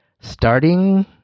starting